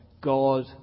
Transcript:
God